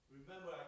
remember